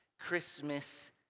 Christmas